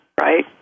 right